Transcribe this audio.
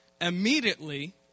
immediately